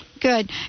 Good